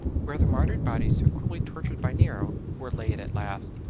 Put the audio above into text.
where the martyred bodies so cruelly tortured by nero were laid at last.